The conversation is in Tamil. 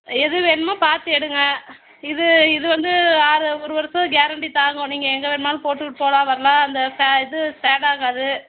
எது வேணுமோ பார்த்து எடுங்க இது இது வந்து யாரு ஒரு வருஷம் கேரண்டி தாங்கும் நீங்கள் எங்கே வேணும்னாலும் போட்டுட்டு போகலாம் வரலாம் அந்த ச இது சேட் ஆகாது